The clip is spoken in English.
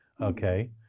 Okay